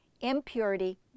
impurity